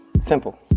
Simple